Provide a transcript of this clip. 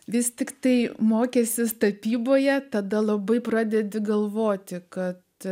vis tiktai mokęsis tapyboje tada labai pradedi galvoti kad